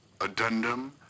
Addendum